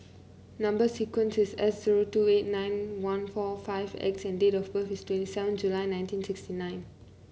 number sequence is S zero two eight nine one four five X and date of birth is twenty seven July nineteen sixty nine